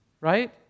Right